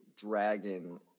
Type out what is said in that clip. dragon